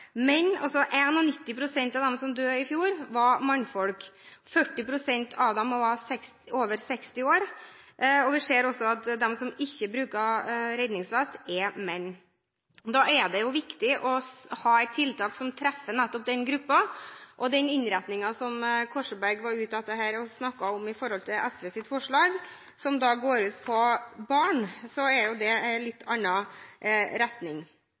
av dem som døde i fjor, var mannfolk. 40 pst. av dem var over 60 år, og vi ser også at de som ikke bruker redningsvest, er menn. Da er det viktig å ha et tiltak som treffer nettopp den gruppen, og den innretningen som Korsberg snakket om, med hensyn til SVs forslag, som retter seg mot barn, går jo i en litt annen retning. Jeg ønsker at representanten fra Fremskrittspartiet kan gå opp på